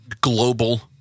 global